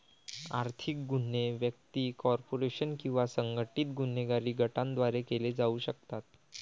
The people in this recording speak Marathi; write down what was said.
आर्थिक गुन्हे व्यक्ती, कॉर्पोरेशन किंवा संघटित गुन्हेगारी गटांद्वारे केले जाऊ शकतात